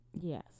Yes